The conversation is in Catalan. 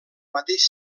mateix